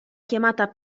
chiamata